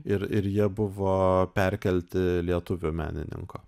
ir ir jie buvo perkelti lietuvių menininko